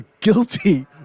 guilty